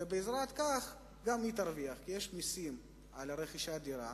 וכך גם היא תרוויח, כי יש מסים על רכישת דירה.